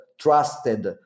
trusted